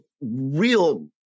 real